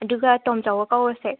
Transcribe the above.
ꯑꯗꯨꯒ ꯇꯣꯝꯆꯧꯒ ꯀꯧꯔꯁꯦ